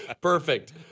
perfect